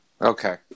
Okay